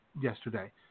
yesterday